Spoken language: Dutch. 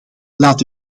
laat